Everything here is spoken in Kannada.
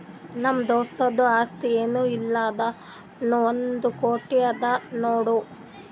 ನಮ್ದು ದೋಸ್ತುಂದು ಆಸ್ತಿ ಏನ್ ಇಲ್ಲ ಅಂದುರ್ನೂ ಒಂದ್ ಕೋಟಿ ಅದಾ ನೋಡ್